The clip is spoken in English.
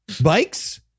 bikes